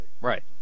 Right